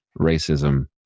racism